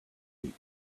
eight